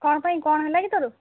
କ'ଣ ପାଇଁ କ'ଣ ହେଲା କି ତୋର